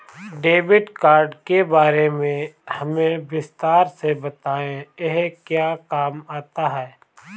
Debit card के बारे में हमें विस्तार से बताएं यह क्या काम आता है?